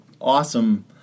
awesome